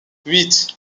huit